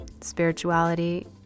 spirituality